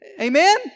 Amen